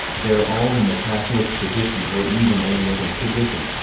they're all in the catholic tradition or even anglican tradition,